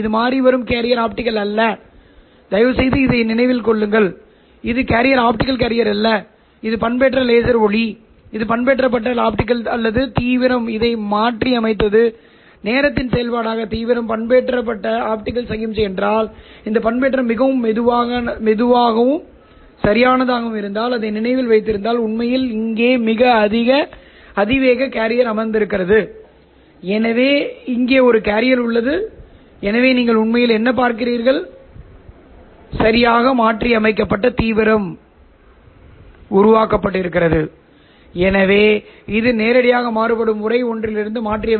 இது 1√2 1 j −j 1 எனவே இது கொடுக்கிறது அதன் அதிர்வெண் ஆஸிலேட்டர் θLO இந்த θLO யும் மாறுபடுகிறது ஆனால் இது எங்கள் கட்டுப்பாட்டில் இருக்கும் ஒரு ஆஸிலேட்டர் என்பதால் இந்த ஊசலாட்டங்களை குறைந்தபட்சமாக வைத்திருக்க முடியும் வேறுவிதமாகக் கூறினால் நல்ல தரமான உள்ளூர் ஆஸிலேட்டரை வாங்க நிறைய பணம் செலவழிக்க முடியும் செலவு ஒரு பிரச்சினை அல்ல எங்களுக்கும் நீண்ட தூர தகவல் தொடர்பு அமைப்புகளுக்கும் தூய உள்ளூர் ஊசலாட்டங்கள் இருப்பது மிகவும் முக்கியம் அதன் கட்ட சத்தம் மிகச் சிறியது